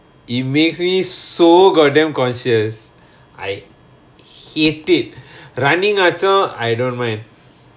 it makes me so god damn conscious I hate it running ஆச்சு:aachu I don't mind